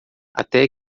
até